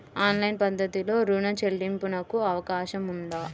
Online పద్ధతిలో రుణ చెల్లింపునకు అవకాశం ఉందా?